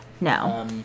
no